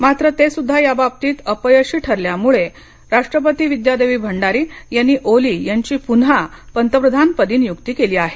मात्र ते सुद्धा याबाबतीत अपयशी ठरल्यामुळे राष्ट्रपती विद्या देवी भंडारी यांनी ओली यांची पुन्हा पंतप्रधानपदी नियुक्ती केली आहे